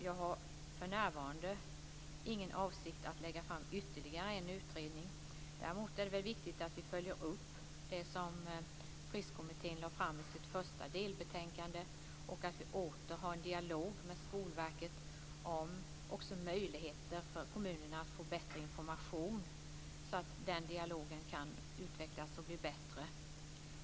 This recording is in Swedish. Jag har för närvarande ingen avsikt att lägga fram ytterligare en utredning. Däremot är det viktigt att vi följer upp det som Fristkommittén lade fram i sitt första delbetänkande och att vi åter har en dialog med Skolverket om möjligheter för kommunerna att få bättre information, så att den dialogen kan utvecklas och bli bättre.